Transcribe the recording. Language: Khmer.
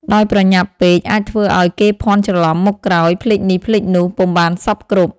ដោយប្រញាប់ពេក អាចធ្វើឲ្យគេភាន់ច្រឡំមុខក្រោយ ភ្លេចនេះភ្លេចនោះ ពុំបានសព្វគ្រប់ ។